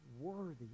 worthy